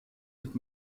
mit